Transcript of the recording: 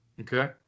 okay